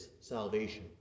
salvation